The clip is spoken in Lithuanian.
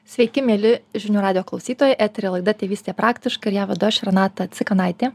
sveiki mieli žinių radijo klausytojai etery laida tėvystė praktiškai ir ją vedu aš renata cikanaitė